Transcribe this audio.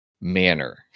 manner